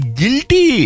guilty